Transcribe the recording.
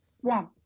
One